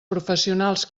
professionals